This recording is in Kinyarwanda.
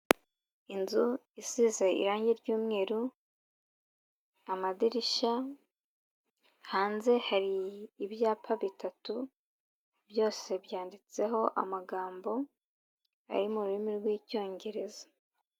Inzu isize irange ry'umweru amadirishya, hanze hari ibyapa bitatu, byose byanditseho amagambo ari mu rurimi rw'icyongereza.